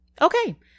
Okay